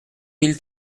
mille